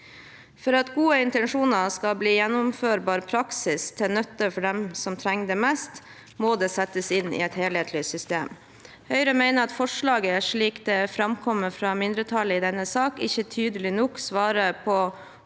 For at gode intensjoner skal bli gjennomførbar praksis til nytte for dem som trenger det mest, må de settes inn i et helhetlig system. Høyre mener at forslaget, slik det framkommer fra mindretallet i denne saken, ikke tydelig nok svarer på